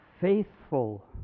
faithful